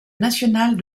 nationale